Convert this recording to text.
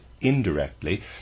indirectly